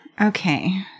Okay